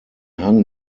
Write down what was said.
hang